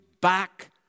back